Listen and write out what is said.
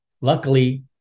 Luckily